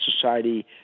society